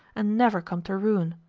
and never come to ruin.